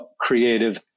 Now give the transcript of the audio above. creative